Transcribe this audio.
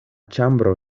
ĉambro